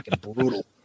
Brutal